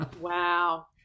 Wow